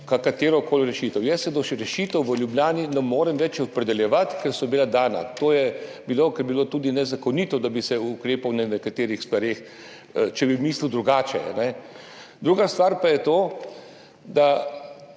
katerokoli rešitev. Jaz se do rešitev v Ljubljani ne morem več opredeljevati, ker so bile dane. To je bilo, bilo bi tudi nezakonito, da bi ukrepal na nekaterih stvareh, če bi mislil drugače. Druga stvar pa je to, da